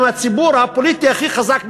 הם הציבור הפוליטי הכי חזק בישראל,